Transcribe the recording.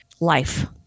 life